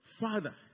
Father